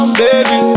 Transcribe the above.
baby